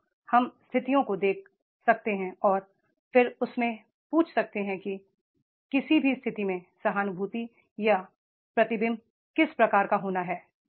हां हम स्थितियों को दे सकते हैं और फिर उनसे पूछ सकते हैं कि किसी भी स्थिति में सहानुभूति या प्रति बिंब किस प्रकार का होना है